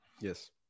Yes